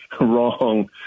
wrong